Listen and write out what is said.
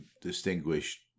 distinguished